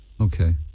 Okay